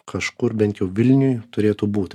kažkur bent jau vilniuj turėtų būti